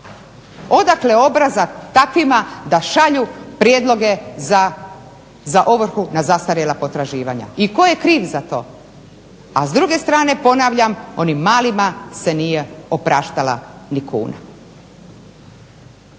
Odakle obraza takvim da šalju prijedloge za ovrhu na zastarjela potraživanja i tko je kriv za to. A s druge strane ponavljam, onim malima se nije opraštala ni kuna.